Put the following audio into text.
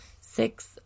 Six